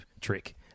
trick